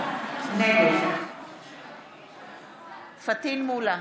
נגד פטין מולא,